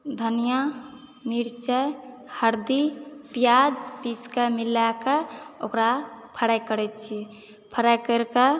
धनिआ मिरचाइ हरदि प्याज पीसकऽ मिलयकऽ ओकरा फ्राइ करैत छियै फ्राइ करिक